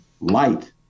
light